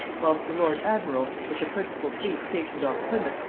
whilst the lord-admiral, with the principal fleet stationed off plymouth,